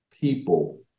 people